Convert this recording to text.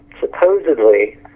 supposedly